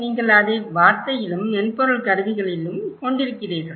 நீங்கள் அதை வார்த்தையிலும் மென்பொருள் கருவிகளிலும் கொண்டிருக்கிறீர்கள்